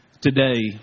today